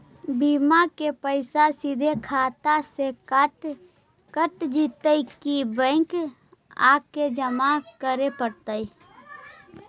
बिमा के पैसा सिधे खाता से कट जितै कि बैंक आके जमा करे पड़तै?